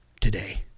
today